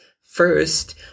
first